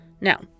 Now